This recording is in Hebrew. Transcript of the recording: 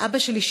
אבא שלי,